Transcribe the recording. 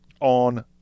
on